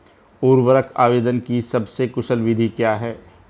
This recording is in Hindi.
उर्वरक आवेदन की सबसे कुशल विधि क्या है?